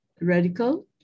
radical